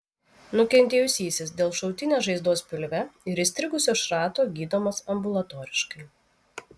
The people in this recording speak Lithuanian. nukentėjusysis dėl šautinės žaizdos pilve ir įstrigusio šrato gydomas ambulatoriškai